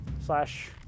slash